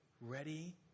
ready